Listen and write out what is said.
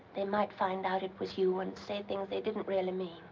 they might find out it was you and say things they didn't really mean.